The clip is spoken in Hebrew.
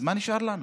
אז מה נשאר לנו?